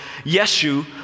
Yeshu